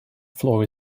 floor